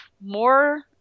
more